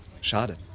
Schade